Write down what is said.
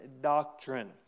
doctrine